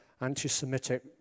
anti-Semitic